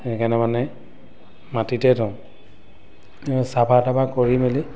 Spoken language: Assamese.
সেইকাৰণে মানে মাটিতে থওঁ চাফা তাফা কৰি মেলি